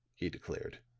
he declared.